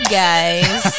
guys